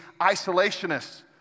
isolationists